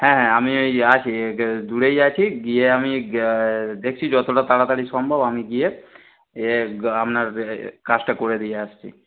হ্যাঁ হ্যাঁ আমি এই আছি দূরেই আছি গিয়ে আমি গ দেখছি যতটা তাড়াতাড়ি সম্ভব আমি গিয়ে এ আপনার কাজটা করে দিয়ে আসছি